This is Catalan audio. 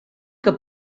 que